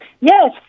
Yes